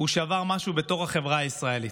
הוא שבר משהו בתוך החברה הישראלית.